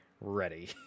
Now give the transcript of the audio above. ready